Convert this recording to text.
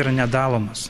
yra nedalomos